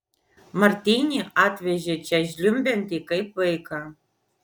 martinį atvežė čia žliumbiantį kaip vaiką